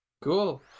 Cool